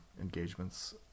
engagements